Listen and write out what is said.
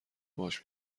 باهاش